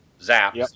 zap